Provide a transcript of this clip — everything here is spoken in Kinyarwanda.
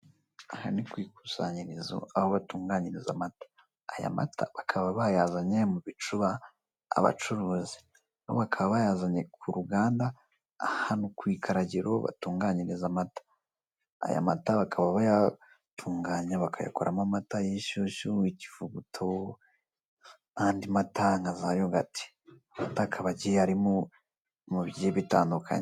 Aha ni ku ikusanyirizo aho batunganyiriza amata aya mata bakaba bayazanye mu bicuba abacuruzi ,bakaba bayazanye ku ruganda ahantu ku ikaragiro batunganyiriza amata. Aya mata bakaba bayatunganya bakayakoramo amata y'inshyushyu, ikivuguto n'andi mata nka za yogati, amata akaba arimo n'ibintu bigiye bitandukanye.